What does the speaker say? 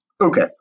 Okay